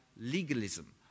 legalism